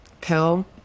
pill